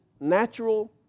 natural